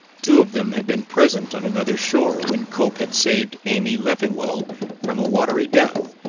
two of them had been present on another shore when cope had saved amy leffingwell from a watery death,